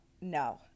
No